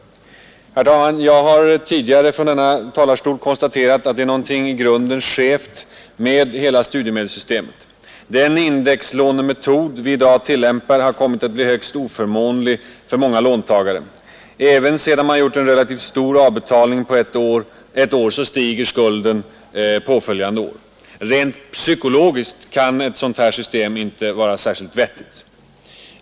Herr talman! Jag har tidigare från denna stol konstaterat att det är någonting i grunden skevt med hela studiemedelssystemet. Den indexlånemetod vi i dag tillämpar har kommit att bli högst oförmånlig för många låntagare. Även sedan man gjort en relativt stor avbetalning ett år stiger skulden påföljande år. Rent psykologiskt kan ett sådant system inte vara särskilt vettigt.